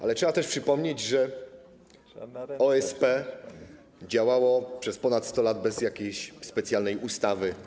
Ale trzeba też przypomnieć, że OSP działało przez ponad 100 lat bez jakiejś specjalnej ustawy.